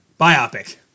Biopic